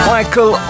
Michael